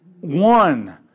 one